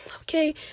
okay